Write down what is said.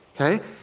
Okay